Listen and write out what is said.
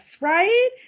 right